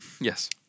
Yes